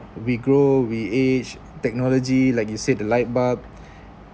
we grow we age technology like you said the light bulb